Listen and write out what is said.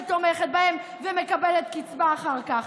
שתומכת בהם ומקבלת קצבה אחר כך.